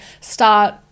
start